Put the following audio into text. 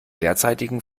derzeitigen